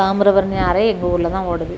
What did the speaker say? தாமிரபரணி ஆறே எங்கள் ஊரில் தான் ஓடுது